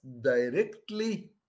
directly